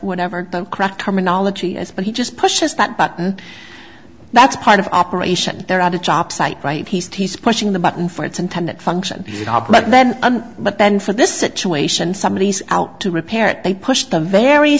whatever the correct terminology is but he just pushes that button that's part of operation there on the job site right he's pushing the button for its intended function job but then but then for this situation somebody out to repair it they push them very